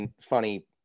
funny